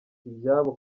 ibyabo